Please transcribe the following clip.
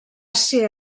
ser